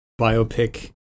biopic